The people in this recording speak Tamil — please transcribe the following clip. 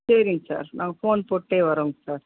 சரிங்க சார் நான் ஃபோன் போட்டே வரோங்க சார்